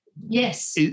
Yes